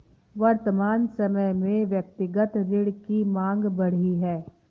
वर्तमान समय में व्यक्तिगत ऋण की माँग बढ़ी है